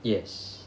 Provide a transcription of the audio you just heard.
yes